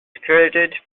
created